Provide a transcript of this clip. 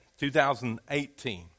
2018